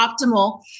optimal